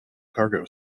cargo